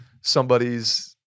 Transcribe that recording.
somebody's